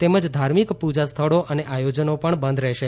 તેમજ ધાર્મિક પૂજા સ્થળો અને આયોજનો પણ બંધ રહેશે